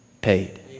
paid